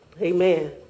amen